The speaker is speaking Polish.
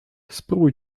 spróbuj